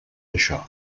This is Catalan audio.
això